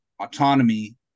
autonomy